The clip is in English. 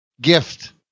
gift